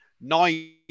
nine